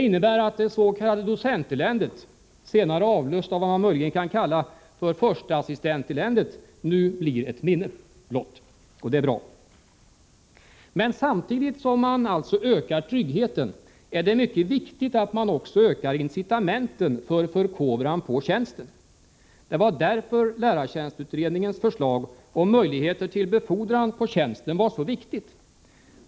Alltså blir det s.k. docenteländet, senare avlöst av vad man möjligen kan kalla för försteassistenteländet, nu ett minne blott — och det är bra. Samtidigt som man ökar tryggheten är det emellertid mycket viktigt att man också ökar incitamenten för förkovran på tjänsten. Det var därför lärartjänstutredningens förslag om möjligheter till befordran på tjänsten var så viktigt.